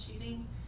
shootings